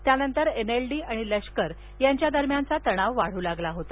त्यानंतर एनएलडी आणि लष्कर यांच्या दरम्यान तणाव वाढू लागला होता